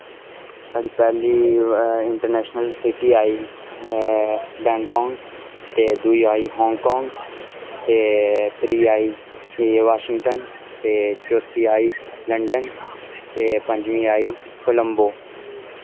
साढ़ी पैह्ली international city आई बैंकाक ते दुई आई हांगकांग ते त्री आई एह् वाशिंगटन ते चौथी आई लंदन ते पजमीं आई कोलंबो